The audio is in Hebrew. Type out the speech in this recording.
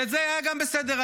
וזה היה גם בסדר-היום.